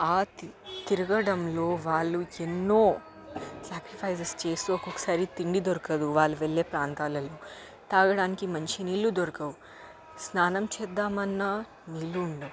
తి తిరగడంలో వాళ్ళు ఎన్నో శాక్రిఫైజెస్ చేస్తూ ఒక్కొక్కసారి తిండి దొరకదు వాళ్ళు వెళ్ళే ప్రాంతాలల్లో తాగడానికి మంచి నీళ్ళు దొరకవు స్నానం చేద్దామన్నా నీళ్ళు ఉండవు